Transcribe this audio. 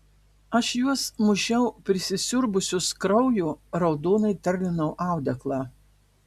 aš juos mušiau prisisiurbusius kraujo raudonai terlinau audeklą